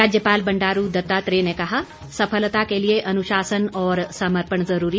राज्यपाल बंडारू दत्तात्रेय ने कहा सफलता के लिए अनुशासन और समर्पण ज़रूरी